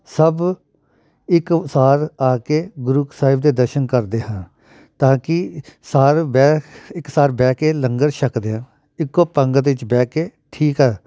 ਸਭ ਇੱਕ ਅਨੁਸਾਰ ਆ ਕੇ ਗੁਰੂ ਸਾਹਿਬ ਦੇ ਦਰਸ਼ਨ ਕਰਦੇ ਹਾਂ ਤਾਂ ਕਿ ਸਾਰ ਬਹਿ ਇੱਕ ਸਾਰ ਬਹਿ ਕੇ ਲੰਗਰ ਛਕਦੇ ਆ ਇੱਕੋ ਪੰਗਤ ਵਿਚ ਬਹਿ ਕੇ ਠੀਕ ਹੈ